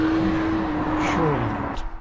no, surely not.